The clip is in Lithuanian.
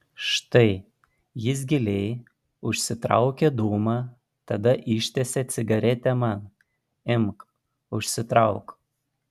štai jis giliai užsitraukia dūmą tada ištiesia cigaretę man imk užsitrauk